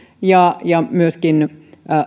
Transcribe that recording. myöskin